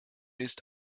ist